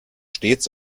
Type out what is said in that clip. stets